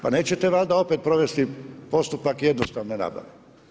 Pa nećete valjda opet provesti postupak jednostavne nabave?